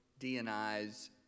DNIs